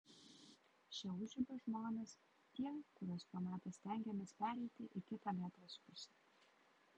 šie užribio žmonės tie kuriuos pamatę stengiamės pereiti į kitą gatvės pusę